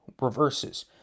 Reverses